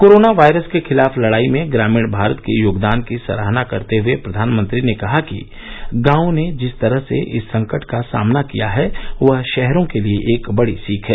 corona virus के खिलाफ लड़ाई में ग्रामीण भारत के योगदान की सराहना करते हुए प्रधानमंत्री ने कहा कि गांवों ने जिस तरह से इस संकट का सामना किया है वह शहरों के लिए एक बड़ी सीख है